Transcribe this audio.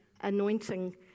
anointing